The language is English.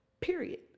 Period